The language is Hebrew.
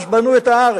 אז בנו את הארץ.